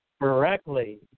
correctly